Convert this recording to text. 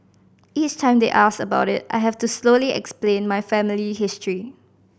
each time they ask about it I have to slowly explain my family history